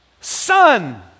son